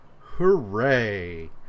Hooray